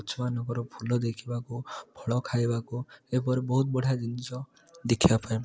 ସେମାନଙ୍କର ଫୁଲ ଦେଖିବାକୁ ଫଳ ଖାଇବାକୁ ଏହିପରି ବହୁତ ବଢ଼ିଆ ଜିନିଷ ଦେଖିବାପାଇଁ